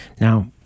Now